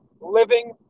living